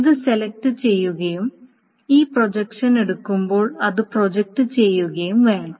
ഇത് സെലക്റ്റ് ചെയ്യുകയും ഈ പ്രൊജക്ഷൻ എടുക്കുമ്പോൾ അത് പ്രൊജക്റ്റ് ചെയ്യുകയും വേണം